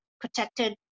protected